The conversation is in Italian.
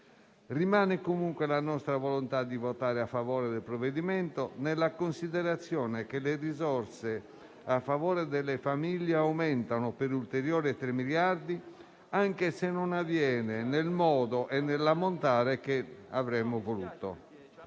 Rimane comunque la nostra volontà di votare a favore del provvedimento, nella considerazione che le risorse a favore delle famiglie aumentano per ulteriori 3 miliardi, anche se non avviene nel modo e nell'ammontare che avremmo voluto.